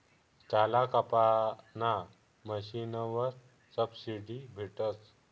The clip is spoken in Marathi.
चारा कापाना मशीनवर सबशीडी भेटस